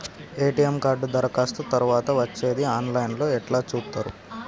ATM card దరఖాస్తు తరువాత వచ్చేది ఆన్ లైన్ లో ఎట్ల చూత్తరు?